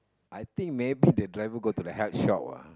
I think maybe the driver go to the health shop ah